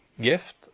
gift